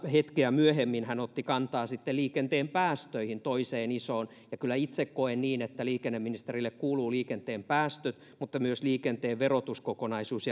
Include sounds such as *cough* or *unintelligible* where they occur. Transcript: *unintelligible* hetkeä myöhemmin hän otti kantaa liikenteen päästöihin toiseen isoon asiaan kyllä itse koen niin että liikenneministerille kuuluvat liikenteen päästöt mutta myös liikenteen verotuskokonaisuus *unintelligible*